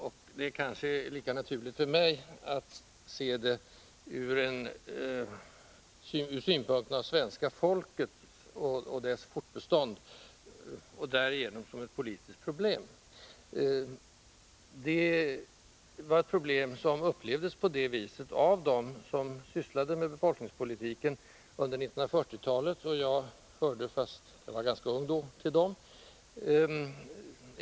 Och det är kanske lika naturligt för mig att se frågan som en som gäller svenska folket och dess fortbestånd och därigenom som ett övergripande politiskt problem. På detta sätt upplevdes saken av dem som sysslade med befolkningspolitiken under 1940-talet. Och jag hörde — fast jag var ganska ung då — till dem.